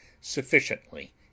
sufficiently